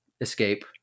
escape